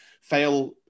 fail